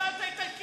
תשאל את האיטלקים.